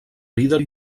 líder